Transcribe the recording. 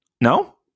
No